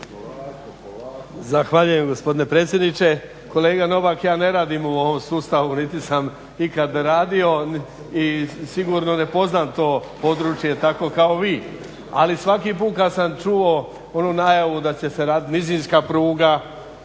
Zahvaljujem gospodine predsjedniče. Kolega Novak, ja ne radim u ovom sustavu niti sam ikad radio i sigurno ne poznam to područje tako kao vi. Ali svaki put kad sam čuo onu najavu da će se raditi nizinska pruga,